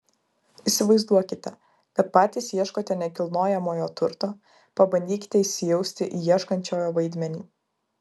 įsivaizduokite kad patys ieškote nekilnojamojo turto pabandykite įsijausti į ieškančiojo vaidmenį